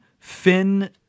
fin